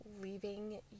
leaving